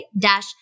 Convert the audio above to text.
dash